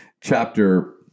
chapter